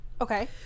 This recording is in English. okay